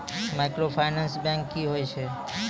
Microfinance bank की होय छै?